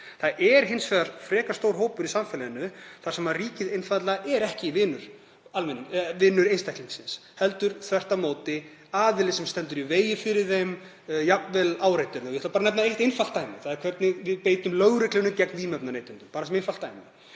Það er hins vegar frekar stór hópur í samfélaginu þar sem ríkið er einfaldlega ekki vinur einstaklingsins heldur þvert á móti aðili sem stendur í vegi fyrir honum, jafnvel áreitir hann. Ég ætla að nefna eitt einfalt dæmi og það er hvernig við beitum lögreglunni gegn vímuefnaneytendum. Þetta er bara eitt